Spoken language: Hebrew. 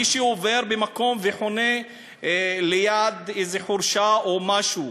מי שעובר במקום וחונה ליד איזו חורשה או משהו,